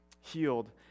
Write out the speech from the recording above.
healed